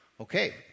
Okay